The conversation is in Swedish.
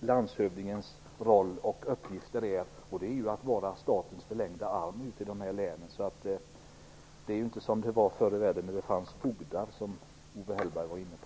landshövdingens roll och uppgift är, och det är att vara statens förlängda arm ute i länen. Det är alltså inte som det var förr i världen då det fanns fogdar, vilket Owe Hellberg var inne på.